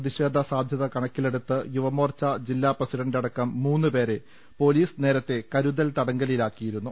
പ്രതിഷേധ സാധ്യതകണക്കിലെടുത്ത് യുവമോർച്ചാ ജില്ലാപ്രസി ഡണ്ടടക്കം മൂന്ന് പ്രവർത്തകരെ പോലീസ് നേരത്തെ കരുതൽ തടങ്കലിലാക്കിയിരുന്നു